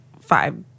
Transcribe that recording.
five